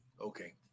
Okay